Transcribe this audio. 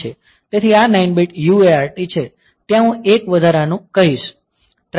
તેથી આ 9 bit UART છે તેથી ત્યાં હું એક વધારાનું કહી શકું છું